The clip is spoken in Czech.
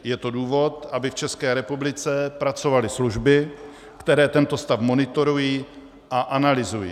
Je to důvod, aby v České republice pracovaly služby, které tento stav monitorují a analyzují.